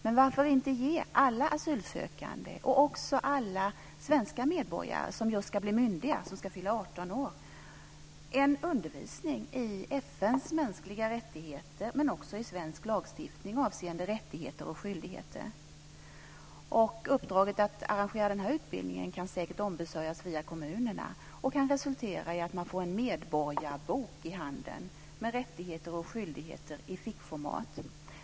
Men varför inte ge alla asylsökande, och också alla svenska medborgare som ska fylla 18 år och bli myndiga, en undervisning i FN:s mänskliga rättigheter och också i svensk lagstiftning avseende rättigheter och skyldigheter. Uppdraget att arrangera den här utbildningen kan säkert ombesörjas via kommunerna och kan resultera i att man får en medborgarbok i handen med rättigheter och skyldigheter i fickformat.